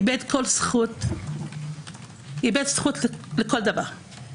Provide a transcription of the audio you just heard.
איבד זכות לכל דבר.